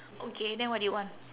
okay then what do you want